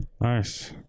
nice